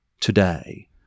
today